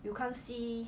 you can't see